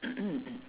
mm mm mm